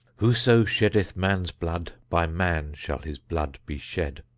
whoso sheddeth man's blood, by man shall his blood be shed.